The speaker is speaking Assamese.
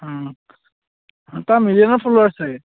তাৰ মিলিয়নত ফল'ৱাৰ আছে চাগে